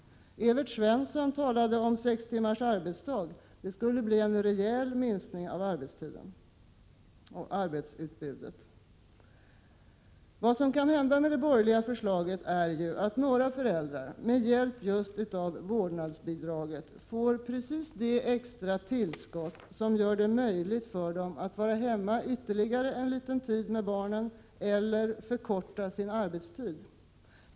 Evert Svensson talade om sex timmars arbetsdag — det blir en rejäl minskning av arbetstiden. Vad som kan hända om det borgerliga förslaget antas är ju att några föräldrar med hjälp av vårdnadsbidrag får just det extra tillskott som gör det möjligt för dem att vara hemma ytterligare en liten tid eller förkorta sin arbetstid.